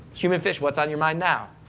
human fish, what's on your mind now?